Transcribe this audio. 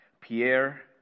Pierre